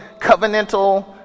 covenantal